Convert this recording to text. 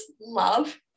love